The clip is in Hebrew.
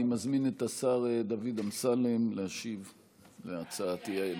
אני מזמין את השר דוד אמסלם להשיב על הצעת האי-אמון.